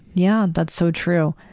yeah. that's so true.